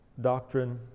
doctrine